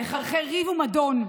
לחרחר ריב ומדון.